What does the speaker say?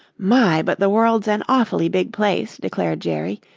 my, but the world's an awfully big place, declared jerry,